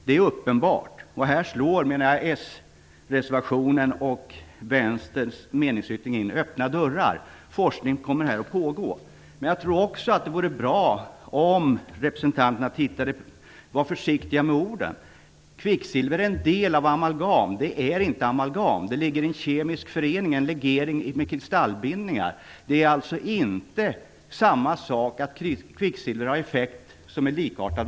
Det är uppenbart. Jag menar att s-reservationen och Vänsterns meningsyttring i detta avseende slår in öppna dörrar. Forskning kommer att pågå. Det vore också bra om representanterna var försiktiga med orden. Kvicksilver är en del av amalgam. Kvicksilver är inte amalgam. Det finns en kemisk förening, en legering med kristallbindningar. Kvicksilver har alltså inte samma effekter som amalgam.